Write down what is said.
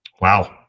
Wow